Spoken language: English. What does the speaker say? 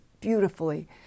beautifully